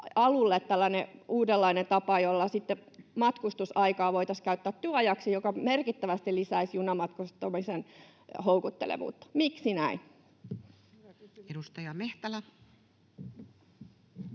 alulle tällainen uudenlainen tapa, jolla sitten matkustusaikaa voitaisiin käyttää työntekoon, mikä merkittävästi lisäisi junamatkustamisen houkuttelevuutta. Miksi näin? [Speech